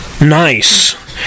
Nice